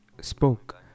spoke